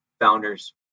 founders